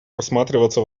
рассматриваться